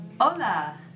Hola